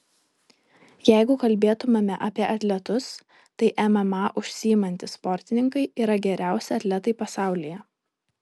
jeigu kalbėtumėme apie atletus tai mma užsiimantys sportininkai yra geriausi atletai pasaulyje